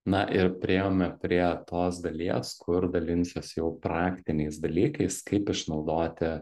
na ir priėjome prie tos dalies kur dalinsiuosi jau praktiniais dalykais kaip išnaudoti